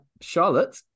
Charlotte